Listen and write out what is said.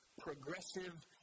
Progressive